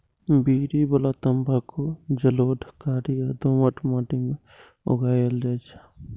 बीड़ी बला तंबाकू जलोढ़, कारी आ दोमट माटि मे उगायल जाइ छै